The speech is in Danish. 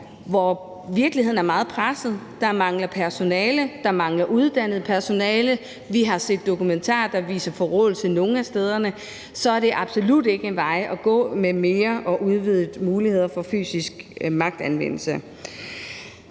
hvor virkeligheden er meget presset. Der mangler personale, der mangler uddannet personale. Vi har set dokumentarer, der viser forråelse nogle af stederne. Så det er absolut ikke en vej at gå med mere og udvidet muligheder for fysisk magtanvendelse.